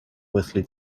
wesley